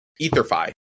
EtherFi